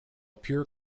pure